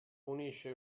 unisce